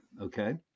Okay